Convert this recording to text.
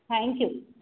thank you